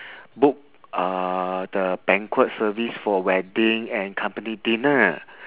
book uh the banquet service for wedding and company dinner